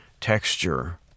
texture